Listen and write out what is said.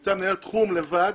נמצא מנהל תחום לבד,